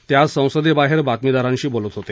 ते आज संसदेबाहेर बातमीदारांशी बोलत होते